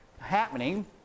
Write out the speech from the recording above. happening